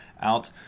out